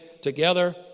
together